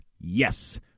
Yes